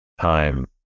time